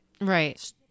Right